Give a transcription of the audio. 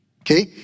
okay